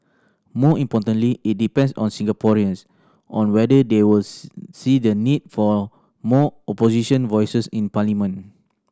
more importantly it depends on Singaporeans on whether they were see the need for more Opposition voices in parliament